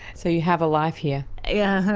so you have a life here? yeah